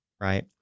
right